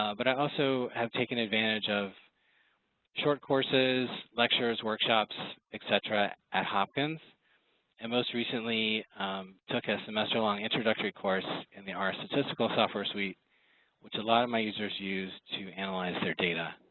ah but i also have taken advantage of short courses lectures workshops, etc. at hopkins and most recently took a semester long introductory course in the our statistical software suite which a lot of my users use to analyze their data.